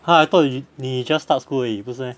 ha I thought you 你 just start school 而已不是 meh